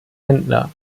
händler